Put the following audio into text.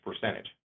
percentage